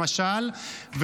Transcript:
למשל -- ערוץ יוטיוב.